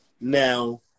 now